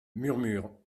murmures